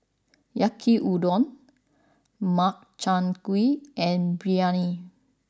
Yaki Udon Makchang Gui and Biryani